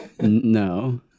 No